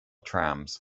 trams